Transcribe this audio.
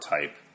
type